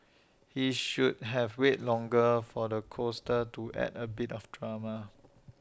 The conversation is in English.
he should have wait longer for the coaster to add A bit of drama